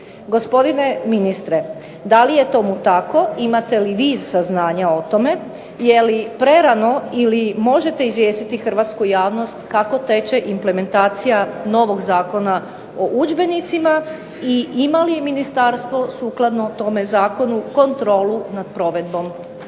Gospodine ministre, da li je tomu tako, imate li vi saznanja o tome, je li prerano ili možete izvijestiti Hrvatsku javnost kako teče implementacija novog Zakona o udžbenicima i ima li Ministarstvo sukladno tome Zakonu kontrolu nad provedbom